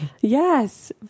Yes